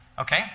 Okay